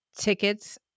tickets